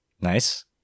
nice